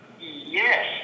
Yes